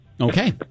Okay